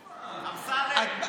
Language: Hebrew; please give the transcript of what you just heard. אני מסובב מלמטה,